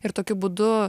ir tokiu būdu